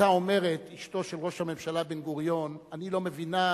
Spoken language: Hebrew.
היתה אומרת אשתו של ראש הממשלה בן-גוריון: אני לא מבינה,